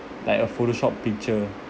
like a photo-shopped picture